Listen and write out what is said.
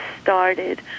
started